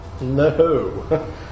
No